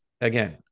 again